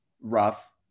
rough